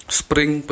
spring